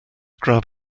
grab